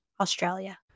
Australia